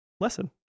lesson